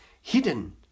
hidden